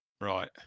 Right